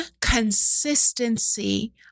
consistency